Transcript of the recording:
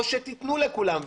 או תיתנו לכולם,